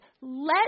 Let